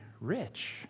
rich